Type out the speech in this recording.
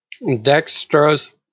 Dextrose